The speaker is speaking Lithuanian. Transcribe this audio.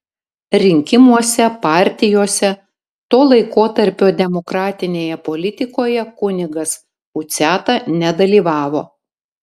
rinkimuose partijose to laikotarpio demokratinėje politikoje kunigas puciata nedalyvavo